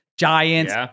Giants